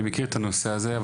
אני מכיר את הנושא הזה,